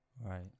Right